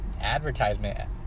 advertisement